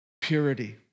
purity